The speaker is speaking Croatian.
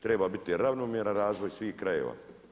Treba biti ravnomjeran razvoj svih krajeva.